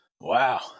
wow